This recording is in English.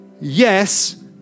yes